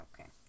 Okay